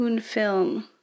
film